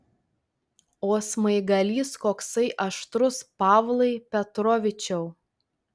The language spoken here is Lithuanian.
o smaigalys koksai aštrus pavlai petrovičiau